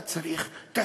אתה צריך תסריט,